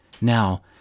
Now